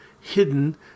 hidden